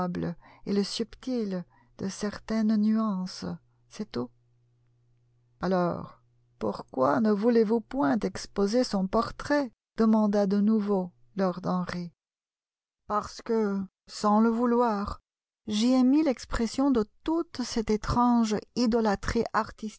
et le subtil de certaines nuances c'est tout alors pourquoi ne voulez-vous point exposer son portrait demanda de nouveau lord henry parce que sans le vouloir j'y ai mis l'expression de toute cette étrange idolâtrie